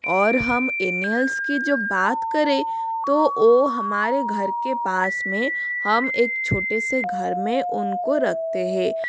और हम एनियल्स की जो बात करें तो वो हमारे घर के पास में हम एक छोटे से घर में उनको रखते है